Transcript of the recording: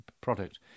product